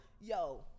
Yo